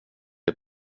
det